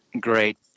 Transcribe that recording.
Great